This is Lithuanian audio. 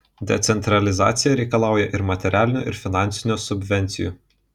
decentralizacija reikalauja ir materialinių ir finansinių subvencijų